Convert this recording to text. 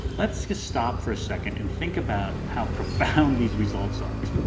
let's just stop for a second and think about how profound these results are.